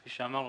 כפי שאמרנו,